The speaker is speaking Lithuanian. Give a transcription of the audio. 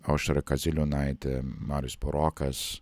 aušra kaziliūnaitė marius burokas